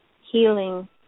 healing